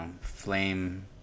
flame